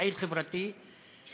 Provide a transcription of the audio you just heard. פעיל חברתי מוכשר,